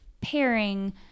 pairing